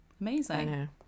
Amazing